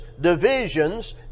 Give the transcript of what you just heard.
divisions